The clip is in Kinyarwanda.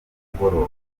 mugoroba